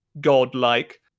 god-like